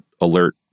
alert